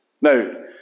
Now